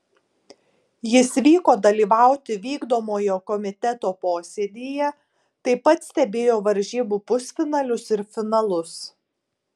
jis vyko dalyvauti vykdomojo komiteto posėdyje taip pat stebėjo varžybų pusfinalius ir finalus